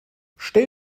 stell